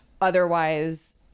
Otherwise